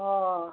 ಹೋ